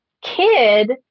kid